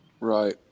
right